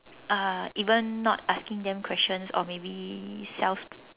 uh even not asking them questions or maybe self